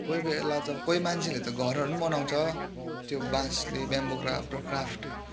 कोही कोही बेला त कोही मान्छेले त घरहरू पनि बनाउँछ त्यो बाँसले बेम्बो क्राफ्टले क्राफ्ट